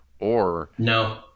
No